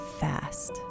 fast